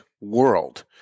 World